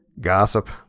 gossip